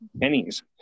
pennies